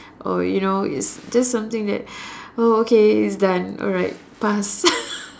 oh you know it's just something that oh okay it's done alright pass